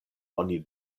oni